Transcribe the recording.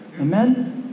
Amen